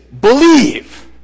believe